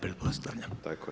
Pretpostavljam.